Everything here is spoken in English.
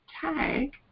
tag